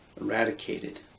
eradicated